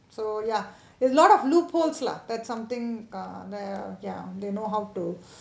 so ya a lot of loopholes lah that's something ah the ya they know how to